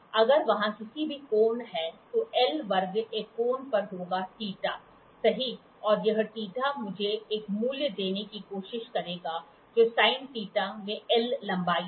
अगर वहाँ किसी भी कोण है तो L वर्ग एक कोण पर होगा θ सही और यह θ मुझे एक मूल्य देने की कोशिश करेगा जो sin θ में L लंबाई है